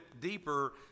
deeper